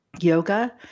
Yoga